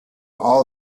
all